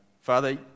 Father